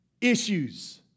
issues